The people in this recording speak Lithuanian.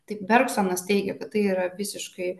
taip bergsonas teigia kad tai yra visiškai